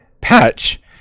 patch